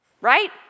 Right